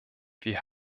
wir